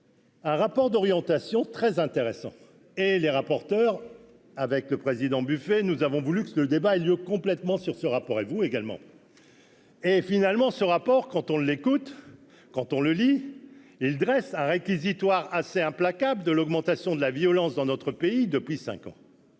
Un rapport d'orientation très intéressant et les rapporteurs avec le président Buffet nous avons voulu que ce débat ait lieu complètement sur ce rapport et vous également. Et finalement, ce rapport, quand on l'écoute quand on le lit et il dresse un réquisitoire assez implacable de l'augmentation de la violence dans notre pays depuis 5 ans.